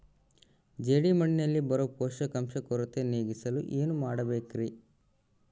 ಜೇಡಿಮಣ್ಣಿನಲ್ಲಿ ಬರೋ ಪೋಷಕಾಂಶ ಕೊರತೆ ನೇಗಿಸಲು ಏನು ಮಾಡಬೇಕರಿ?